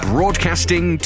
Broadcasting